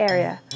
Area